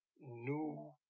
new